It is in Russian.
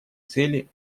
цели